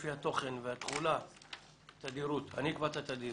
לפי התוכן והתכולה אני אקבע את התדירות.